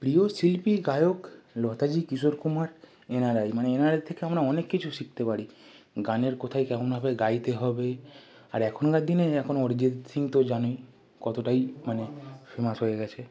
প্রিয় শিল্পী গায়ক লতাজি কিশোর কুমার এঁনারাই মানে এঁনাদের থেকে আমরা অনেক কিছু শিকতে পারি গানের কোথায় কেমনভাবে গাইতে হবে আর এখনকার দিনে এখন অরিজিৎ সিং তো জানোই কতটাই মানে ফেমাস হয়ে গেছে